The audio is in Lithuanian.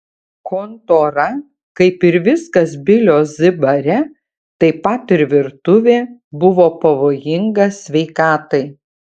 kontora kaip ir viskas bilio z bare taip pat ir virtuvė buvo pavojinga sveikatai